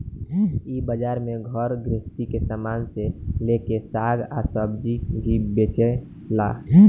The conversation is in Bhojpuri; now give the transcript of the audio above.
इ बाजार में घर गृहस्थी के सामान से लेके साग आ सब्जी भी बेचाला